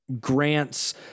grants